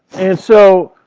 and so